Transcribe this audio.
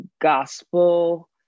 gospel